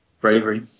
Bravery